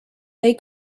they